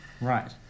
Right